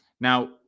Now